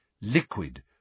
Liquid